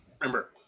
Remember